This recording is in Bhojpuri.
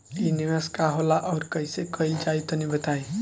इ निवेस का होला अउर कइसे कइल जाई तनि बताईं?